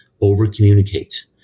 over-communicate